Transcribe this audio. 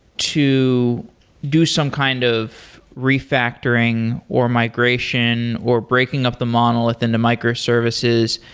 to do some kind of refactoring or migration or breaking up the monolith into microservices.